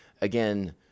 again